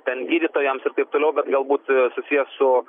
ten gydytojams ir taip toliau bet galbūt susijęs su